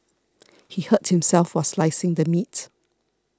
he hurt himself while slicing the meat